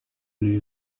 lui